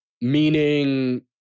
Meaning